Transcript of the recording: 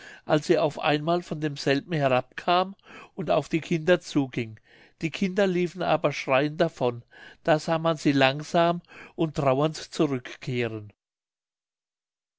als sie auf einmal von diesem herabkam und auf die kinder zuging die kinder liefen aber schreiend davon da sah man sie langsam und trauernd zurückkehren